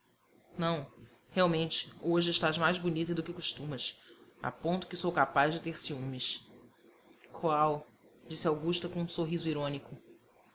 não realmente hoje estás mais bonita do que costumas a ponto que sou capaz de ter ciúmes qual disse augusta com um sorriso irônico